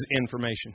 information